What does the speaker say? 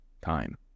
time